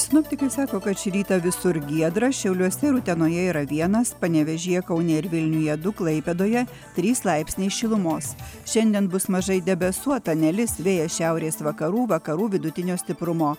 sinoptikai sako kad šį rytą visur giedra šiauliuose ir utenoje yra vienas panevėžyje kaune ir vilniuje du klaipėdoje trys laipsniai šilumos šiandien bus mažai debesuota nelis vėjas šiaurės vakarų vakarų vidutinio stiprumo